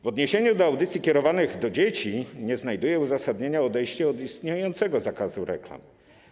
W odniesieniu do audycji kierowanych do dzieci nie znajduje uzasadnienia odejście od istniejącego zakazu reklam.